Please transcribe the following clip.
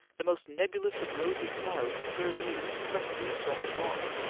the most nebulous of rosy clouds serve you as perfectly as granite blocks.